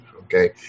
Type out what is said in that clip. Okay